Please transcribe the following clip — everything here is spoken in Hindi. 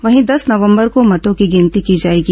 वहीं दस नवंबर को मतों की गिनती की जाएगी